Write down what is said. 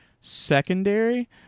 secondary